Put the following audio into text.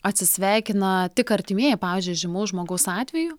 atsisveikina tik artimieji pavyzdžiui žymaus žmogaus atveju